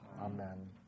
Amen